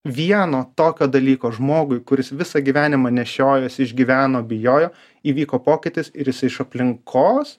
vieno tokio dalyko žmogui kuris visą gyvenimą nešiojosi išgyveno bijojo įvyko pokytis ir jisai iš aplinkos